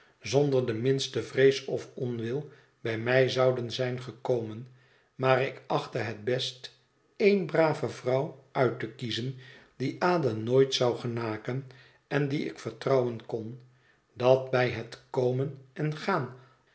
zonder de minste vrees of onwil bij mij zouden zijn gekomen maar ik achtte het best ééne brave vrouw uit te kiezen die ada nooit zou genaken en die ik vertrouwen kon dat bij het komen en gaan